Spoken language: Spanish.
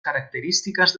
características